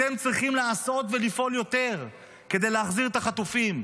אתם צריכים לעשות ולפעול יותר כדי להחזיר את החטופים.